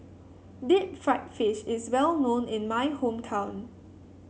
Deep Fried Fish is well known in my hometown